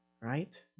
right